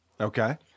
Okay